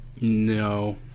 No